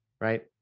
right